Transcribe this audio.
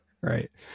Right